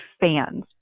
fans